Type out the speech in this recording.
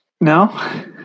No